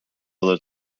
other